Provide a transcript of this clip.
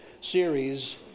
series